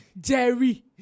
Jerry